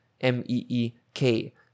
M-E-E-K